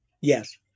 Yes